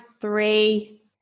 three